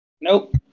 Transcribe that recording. Nope